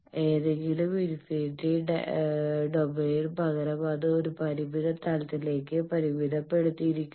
ഏതെങ്കിലും ഇൻഫിനിറ്റി ഡൊമെയ്നിന് പകരം അത് ഒരു പരിമിത തലത്തിലേക്ക് പരിമിതപ്പെടുത്തിയിരിക്കുന്നു